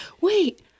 Wait